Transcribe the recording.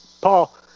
Paul